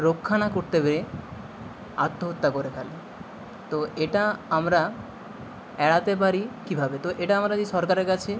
রক্ষা না করতে পেরে আত্মহত্যা করে ফেলে তো এটা আমরা এড়াতে পারি কীভাবে তো এটা আমরা যদি সরকারের কাছে